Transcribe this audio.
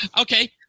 Okay